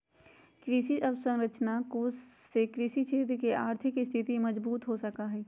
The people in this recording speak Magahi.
कृषि अवसरंचना कोष से कृषि क्षेत्र के आर्थिक स्थिति मजबूत हो सका हई